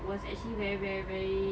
was actually very very very